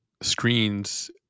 screens